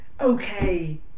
okay